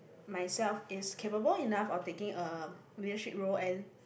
myself is capable enough or taking a leadership role and